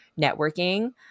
networking